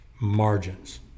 margins